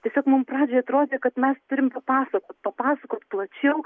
tiesiog mum pradžioj atrodė kad mes turim papasakot papasakot plačiau